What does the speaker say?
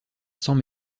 sans